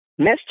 Mr